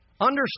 Understand